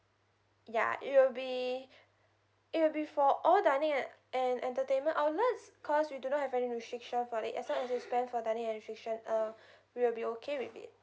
ya it will be it will be for all the dining and and entertainment outlets cause we do not have any restriction for it as long as you spend for dining and restriction uh we'll be okay with it